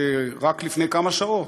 שרק לפני כמה שעות,